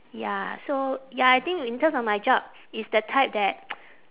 ya so ya I think in terms of my job it's the type that